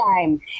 time